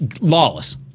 Lawless